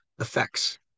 effects